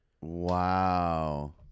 wow